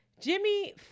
Jimmy